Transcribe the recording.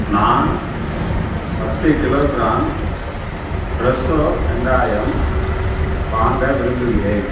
நான் பத்து கிலோகிராம்ஸ் ஃப்ரெஷோ வெங்காயம் வாங்க விரும்புகிறேன்